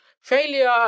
failure